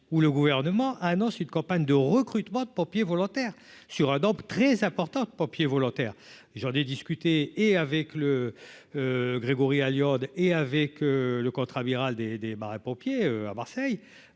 où le gouvernement annonce une campagne de recrutement des pompiers volontaires sur donc très importante, pompier volontaire, j'en ai discuté et avec le Grégory Allione et avec le contre-amiral des des marins-pompiers, à Marseille,